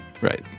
Right